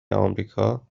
آمریکا